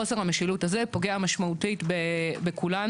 חוסר המשילות הזה פוגע משמעותית בכולנו